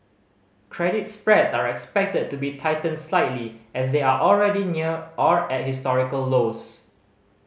credit spreads are expected to be tightened slightly as they are already near or at historical lows